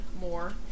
more